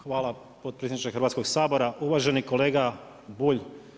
Hvala potpredsjedniče Hrvatskog sabora, uvaženi kolega Bulj.